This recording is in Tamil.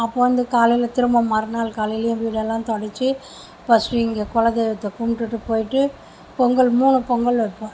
அப்போ வந்து காலையில் திரும்ப மறுநாள் காலையிலேயும் வீடெல்லாம் தொடச்சு ஃபர்ஸ்ட் இங்கே குல தெய்வத்தை கும்பிட்டுட்டுப் போயிட்டு பொங்கல் மூணு பொங்கல் வைப்போம்